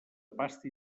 pasta